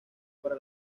para